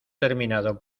terminado